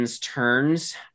turns